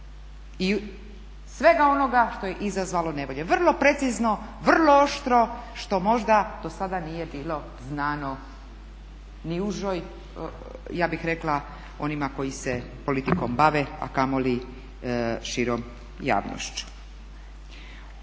i svega onoga što je izazvalo nevolje. Vrlo precizno, vrlo oštro što možda do sada nije bilo znano ni užoj ja bih rekla onima koji se politikom bave, a kamoli široj javnosti.